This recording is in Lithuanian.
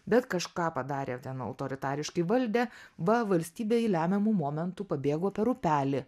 bet kažką padarė ten autoritariškai valdė va valstybė jį lemiamu momentu pabėgo per upelį